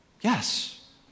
Yes